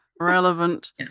Relevant